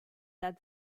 that